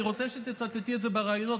אני רוצה שתצטטי את זה בראיונות.